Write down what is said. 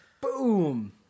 Boom